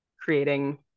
creating